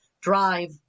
drive